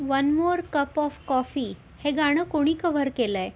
one more cup of coffee हे गाणं कोणी कव्हर केलंय